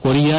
Korea